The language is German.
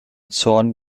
zorn